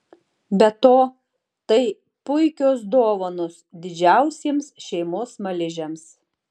be to tai puikios dovanos didžiausiems šeimos smaližiams